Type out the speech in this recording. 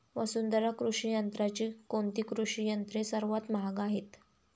वसुंधरा कृषी यंत्राची कोणती कृषी यंत्रे सर्वात महाग आहेत?